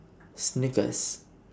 Snickers